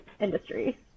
industry